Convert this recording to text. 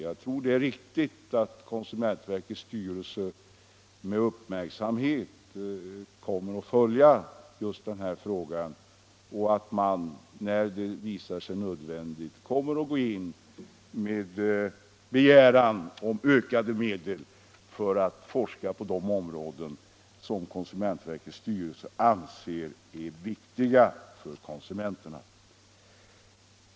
Jag tror att det är riktigt att konsumentverkets styrelse med uppmärksamhet kommer att följa just denna fråga och när det visar sig nödvändigt begära ökade medel för att forska på de områden som styrelsen anser vara viktiga för konsumenterna.